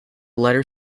letter